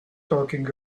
talking